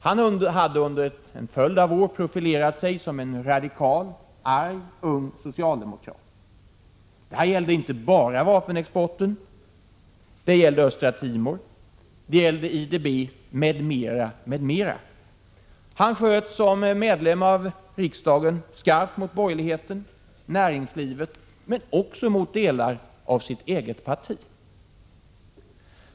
Han hade under en följd av år profilerat sig som en radikal och arg ung socialdemokrat. Detta gällde inte bara vapenexporten — det gällde Östra Timor, det gällde IDB m.m. Han sköt som riksdagsledamot skarpt mot borgerligheten och näringslivet men också mot delar av sitt eget parti.